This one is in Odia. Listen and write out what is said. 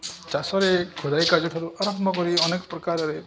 ଚାଷରେ ଖୋଦେଇ କାର୍ଯ୍ୟଠାରୁ ଆରମ୍ଭ କରି ଅନେକ ପ୍ରକାରରେ